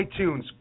iTunes